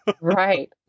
Right